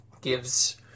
gives